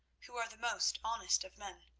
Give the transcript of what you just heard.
who are the most honest of men.